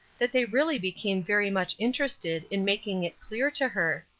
that they really became very much interested in making it clear to her,